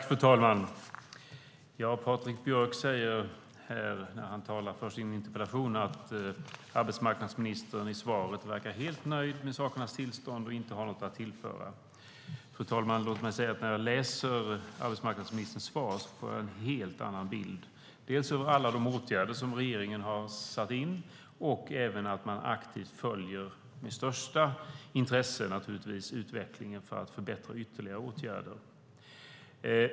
Fru talman! Patrik Björck säger, när han talar för sin interpellation, att arbetsmarknadsministern i svaret verkar helt nöjd med sakernas tillstånd och inte har något att tillföra. Fru talman! Låt mig säga att jag, när jag läser arbetsmarknadsministerns svar, får en helt annan bild. Det gäller alla de åtgärder som regeringen har satt in och även att man aktivt med största intresse, naturligtvis, följer utvecklingen för att förbättra ytterligare.